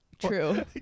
True